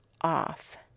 off